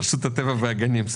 רשות הטבע והגנים,